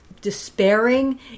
despairing